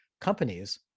companies